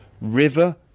river